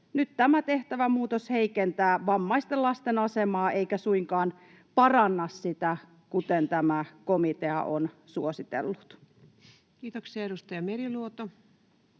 Nyt tämä tehtävä muutos heikentää vammaisten lasten asemaa eikä suinkaan paranna sitä, kuten tämä komitea on suositellut. [Speech 124]